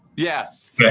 Yes